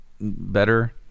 better